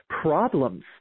problems